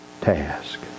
task